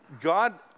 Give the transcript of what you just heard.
God